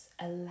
allow